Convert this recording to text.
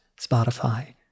Spotify